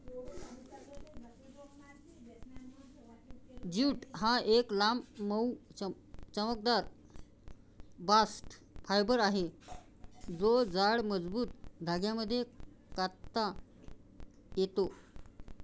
jute हा एक लांब, मऊ, चमकदार बास्ट फायबर आहे जो जाड, मजबूत धाग्यांमध्ये कातता येतो